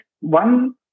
one